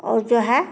और जो है